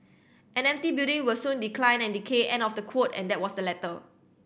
an empty building will soon decline and decay end of the quote and that was the letter